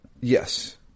Yes